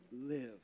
live